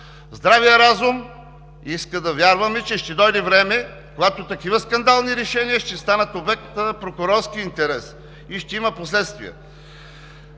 Здравият разум изисква да вярваме, че ще дойде време, когато такива скандални решения ще станат обект на прокурорски интерес и ще има последствия.